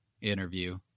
interview